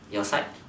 your side